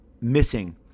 missing